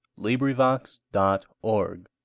LibriVox.org